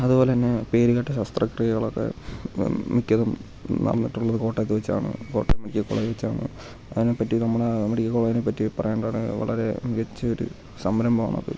അതുപോലെ തന്നെ പേര് കേട്ട ശസ്ത്രക്രിയകളൊക്കെ മിക്കതും നടന്നിട്ടുള്ളത് കോട്ടയത്തു വെച്ചാണ് കോട്ടയം മെഡിക്കൽ കോളജിൽ വെച്ചാണ് അതിനെ പറ്റി നമ്മുടെ മെഡിക്കൽ കോളേജിനെ പറ്റി പറയുമ്പോൾ വളരെ മികച്ചൊരു സംരംഭം ആണ് അത്